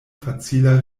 facila